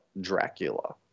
Dracula